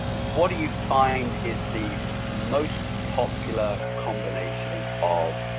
what do you find is the most popular combination of